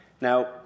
Now